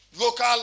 Local